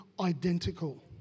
identical